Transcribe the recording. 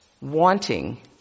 wanting